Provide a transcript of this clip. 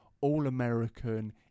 all-American